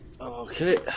Okay